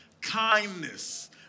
kindness